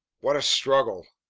what a struggle!